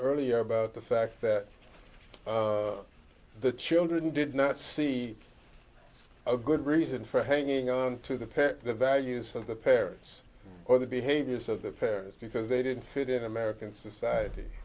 earlier about the fact that the children did not see a good reason for hanging on to the parent the values of the parents or the behaviors of the parents because they didn't fit in american society